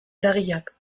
eragileak